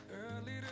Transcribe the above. early